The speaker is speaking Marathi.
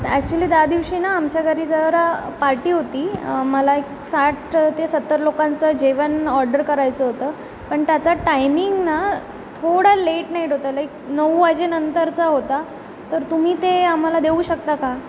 ॲक्च्युली त्या दिवशी ना आमच्या घरी जरा पार्टी होती मला एक साठ ते सत्तर लोकांचं जेवण ऑर्डर करायचं होतं पण त्याचा टायमिंग ना थोडा लेट नाईट होता लाईक नऊ वाजेनंतरचा होता तर तुम्ही ते आम्हाला देऊ शकता का